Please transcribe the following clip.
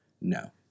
No